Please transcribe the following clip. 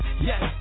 yes